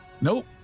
Nope